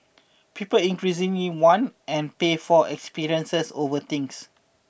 people increasingly want and pay for experiences over things